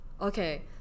okay